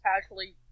casually